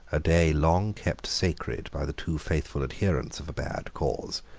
a day long kept sacred by the too faithful adherents of a bad cause,